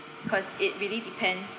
because it really depends